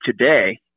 today